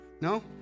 No